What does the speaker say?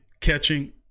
catching